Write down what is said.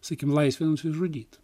sakykim laisvė nusižudyt